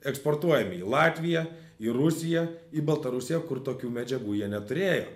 eksportuojami į latviją į rusiją į baltarusiją kur tokių medžiagų jie neturėjo